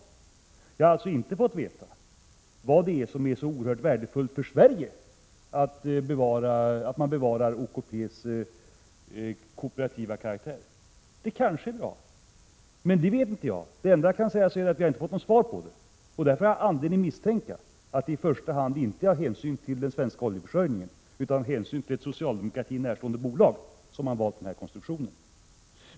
2 juni 1987 Vi har alltså inte fått veta varför det är så oerhört värdefullt för Sverige att oa SSR Viss försäljning av sta OKP:s kooperativa karaktär bevaras. Det kanske är bra — det vet inte jag, det EE enda jag kan säga är att jag inte har fått något svar på detta, och därför har jag - rå ORTER leum anledning att misstänka att det inte i första hand är av hänsyn till den svenska oljeförsörjningen utan av hänsyn till ett socialdemokratin närstående bolag som man har valt den konstruktion man valt.